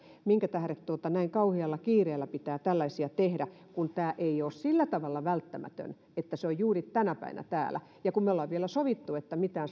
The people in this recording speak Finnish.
minkä tähden näin kauhealla kiireellä pitää tällaisia tehdä kun tämä ei ole sillä tavalla välttämätön että se on juuri tänä päivänä täällä ja kun me olemme vielä sopineet että mitään